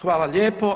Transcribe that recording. Hvala lijepo.